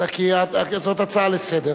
זאת הצעה לסדר-היום.